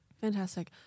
fantastic